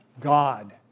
God